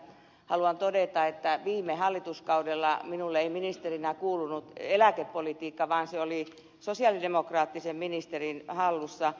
haluan todeta että viime hallituskaudella minulle ei ministerinä kuulunut eläkepolitiikka vaan se oli sosialidemokraattisen ministerin hallussa